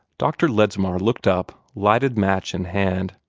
dr. ledsmar looked up, lighted match in hand.